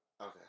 Okay